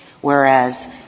whereas